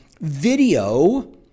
Video